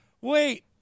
wait